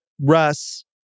Russ